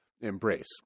embrace